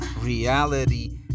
reality